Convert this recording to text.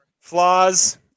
Flaws